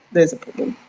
there's a problem.